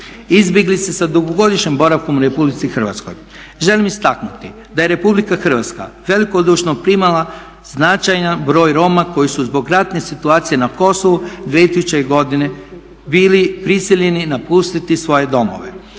Izbjeglice sa dugogodišnjim boravkom u RH, želim istaknuti da je RH velikodušno primala značajan broj Roma koji su zbog ratne situacije na Kosovu 2000. godine bili prisiljeni napustiti svoje domove.